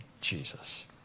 Jesus